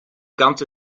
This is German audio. ganze